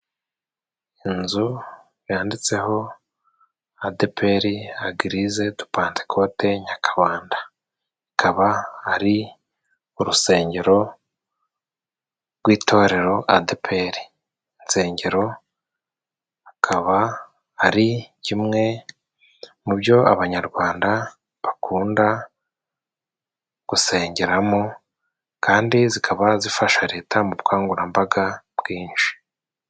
Inzu yanditseho adeperi agirize de pentekote nyakabanda ikaba ari urusengero rw'itorero adeperi. Insengero hakaba ari kimwe mu byo abanyarwanda bakunda gusengeramo, kandi zikaba zifasha Leta mu bukangurambaga bwinshi.